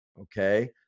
Okay